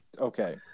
Okay